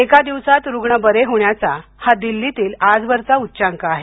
एका दिवसात रुग्ण बरे होण्याचा हा दिल्लीतील आजवरचा उच्चांक आहे